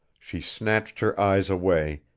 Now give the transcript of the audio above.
she snatched her eyes away,